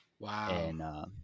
Wow